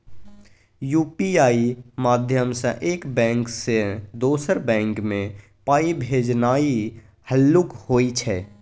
UPI माध्यमसँ एक bank सँ दोसर बैंक मे पाइ भेजनाइ हल्लुक होइ छै